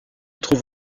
trouve